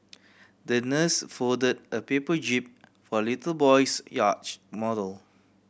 the nurse fold a paper jib for little boy's yacht model